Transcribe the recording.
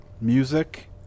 music